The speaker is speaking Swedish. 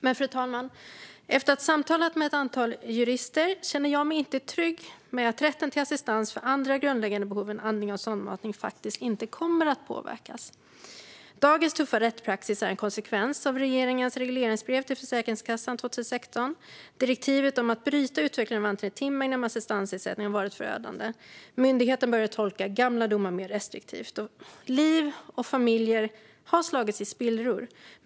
Men efter att ha samtalat med ett antal jurister, fru talman, känner jag mig inte trygg med att rätten till assistans för andra grundläggande behov än andning och sondmatning faktiskt inte kommer att påverkas. Dagens tuffa rättspraxis är en konsekvens av regeringens regleringsbrev till Försäkringskassan 2016. Direktivet om att bryta utvecklingen av antalet timmar inom assistansersättningen har varit förödande. Myndigheten började tolka gamla domar mer restriktivt, och liv och familjer har slagits i spillror.